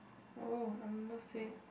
oh I am not say